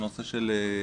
על נושא המכון,